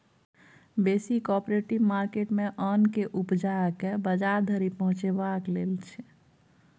बेसी cooperative market मे ओन केँ उपजाए केँ बजार धरि पहुँचेबाक लेल छै